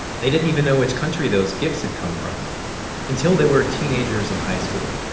they didn't even know which country those gifts had come from until they were teenagers in high school,